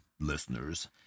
Listeners